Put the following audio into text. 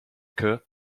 que